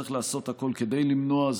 צריך לעשות הכול כדי למנוע.